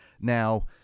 now